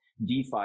DeFi